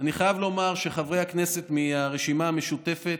אני חייב לומר שחברי הכנסת מהרשימה המשותפת,